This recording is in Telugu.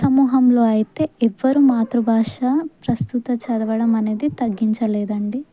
సమూహంలో అయితే ఎవ్వరూ మాతృభాష ప్రస్తుతం చదవడం అనేది తగ్గించ లేదండి